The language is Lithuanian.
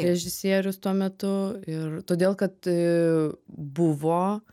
režisierius tuo metu ir todėl kad a buvo